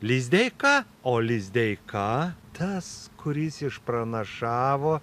lizdeika o lizdeika tas kuris išpranašavo